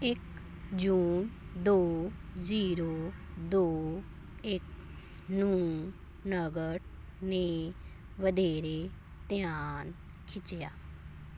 ਇੱਕ ਜੂਨ ਦੋ ਜ਼ੀਰੋ ਦੋ ਇੱਕ ਨੂੰ ਨਗਦ ਨੇ ਵਧੇਰੇ ਧਿਆਨ ਖਿੱਚਿਆ